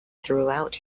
throughout